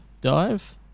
dive